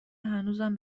هنوزم